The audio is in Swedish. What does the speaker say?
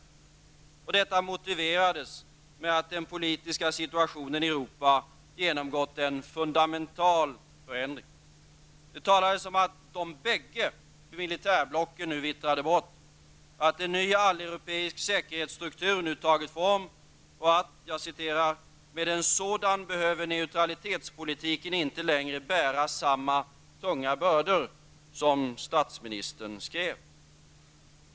Denna omsvängning motiverades med att den politiska situationen i Europa genomgått en fundamenal förändring. Det talades om att de bägge militärblocken nu vittrade bort, att en ny alleuropeisk säkerhetsstruktur tagit form, och att ''med en sådan behöver neutralitetspolitiken inte längre bära samma tunga bördor'', som statsministern skrev.